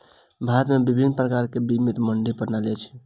भारत में विभिन्न प्रकारक विनियमित मंडी प्रणाली अछि